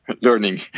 learning